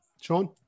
Sean